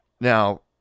Now